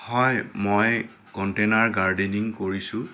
হয় মই container gardening কৰিছোঁ